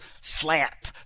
slap